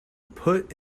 put